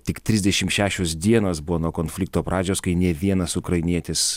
tik trisdešim šešios dienos buvo nuo konflikto pradžios kai nė vienas ukrainietis